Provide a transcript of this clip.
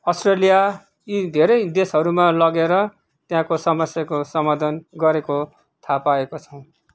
Australia यी धेरै देशहरूमा लगेर त्यहाँको समस्याको समाधान गरेको थाह पाएको छौँ